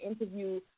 interview